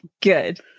Good